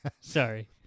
Sorry